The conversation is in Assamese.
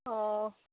অঁ